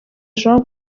jean